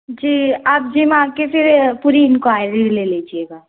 जी आप जिम आ कर फिर पूरी इंक्वारी ले लीजिएगा